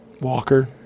Walker